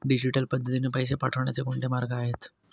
Digital पद्धतीने पैसे पाठवण्याचे कोणते मार्ग आहेत?